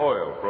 Oil